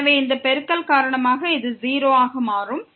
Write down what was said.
எனவே இந்த பெருக்கல் காரணமாக இது 0 ஆக மாறும்